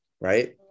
right